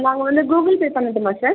நாங்கள் வந்து Google Pay பண்ணட்டுமா சார்